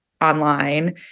online